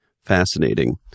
Fascinating